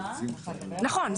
נכון,